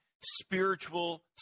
spiritual